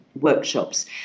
workshops